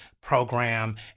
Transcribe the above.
program